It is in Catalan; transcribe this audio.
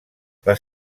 les